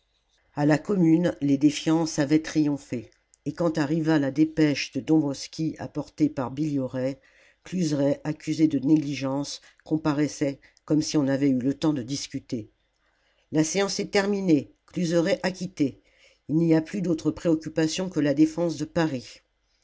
la commune les défiances avaient triomphé et quand arriva la dépêche de dombwroski apportée par billioray cluseret accusé de négligence comparaissait comme si on avait eu le temps de discuter la séance est terminée cluseret acquitté il n'y a plus d'autre préoccupation que la défense de paris